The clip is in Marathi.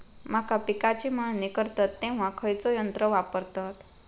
मका पिकाची मळणी करतत तेव्हा खैयचो यंत्र वापरतत?